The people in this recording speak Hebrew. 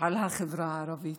על החברה הערבית,